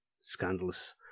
Scandalous